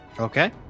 okay